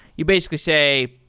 you basically say,